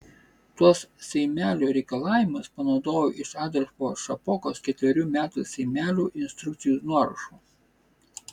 tuos seimelių reikalavimus panaudojau iš adolfo šapokos ketverių metų seimelių instrukcijų nuorašų